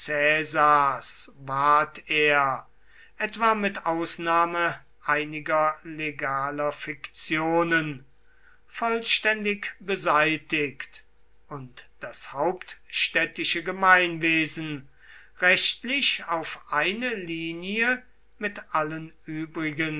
ward er etwa mit ausnahme einiger legaler fiktionen vollständig beseitigt und das hauptstädtische gemeinwesen rechtlich auf eine linie mit allen übrigen